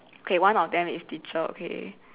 okay one of them is teacher okay